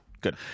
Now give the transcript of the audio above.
Good